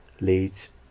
leads